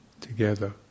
together